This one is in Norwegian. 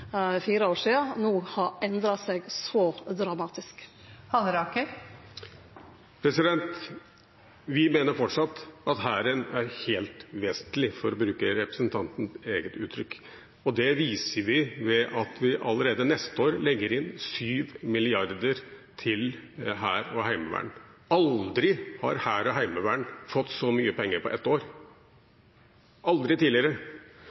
fire år sidan – no har endra seg så dramatisk? Vi mener fortsatt at Hæren er helt vesentlig, for å bruke representantens eget uttrykk, og det viser vi ved at vi allerede neste år legger inn 7 mrd. kr til hær og heimevern. Aldri har hær og heimevern fått så mye penger på ett år – aldri tidligere.